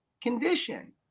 condition